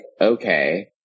okay